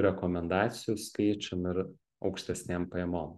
rekomendacijų skaičium ir aukštesnėm pajamom